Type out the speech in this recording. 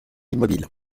immobiles